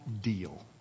deal